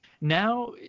now